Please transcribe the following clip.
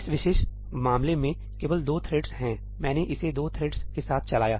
इस विशेष मामले में केवल 2 थ्रेड्स हैं मैंने इसे 2 थ्रेड्स के साथ चलाया